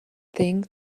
think